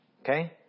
Okay